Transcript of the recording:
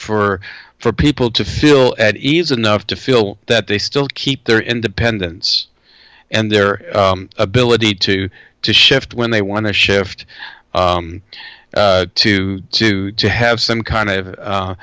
for for people to feel at ease enough to feel that they still keep their independence and their ability to to shift when they want to shift to to have some kind of